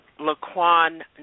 Laquan